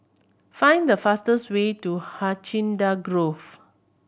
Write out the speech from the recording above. find the fastest way to Hacienda Grove